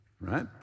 right